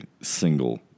single